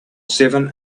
seven